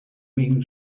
mean